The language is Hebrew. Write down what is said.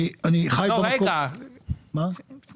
אני חי במקום הזה.